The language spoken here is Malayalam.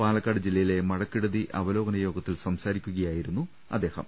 പാലക്കാട് ജില്ലയിലെ മഴക്കെടുതി അവലോകന യോഗ ത്തിൽ സംസാരിക്കുകയായിരുന്നു അദ്ദേഹം